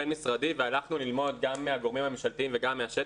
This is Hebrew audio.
והלכנו ללמוד גם מהגורמים הממשלתיים וגם מהשטח.